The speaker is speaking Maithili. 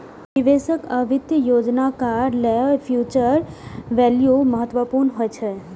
निवेशक आ वित्तीय योजनाकार लेल फ्यूचर वैल्यू महत्वपूर्ण होइ छै